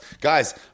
Guys